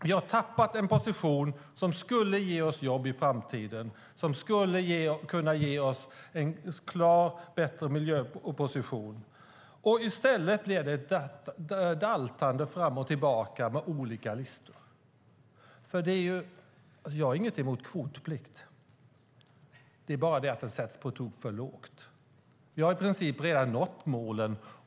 Vi har tappat en position som skulle ge oss jobb i framtiden och som skulle kunna ge oss en klar, bättre miljöopposition. I stället blir det ett daltande fram och tillbaka med olika listor. Jag har ingenting emot kvotplikt. Det är bara det att den sätts på tok för lågt. Vi har i princip redan nått målen.